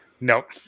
Nope